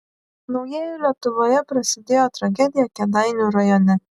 naujieji lietuvoje prasidėjo tragedija kėdainių rajone